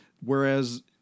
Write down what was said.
Whereas